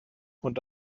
und